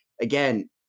again